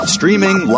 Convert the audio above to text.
Streaming